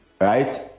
Right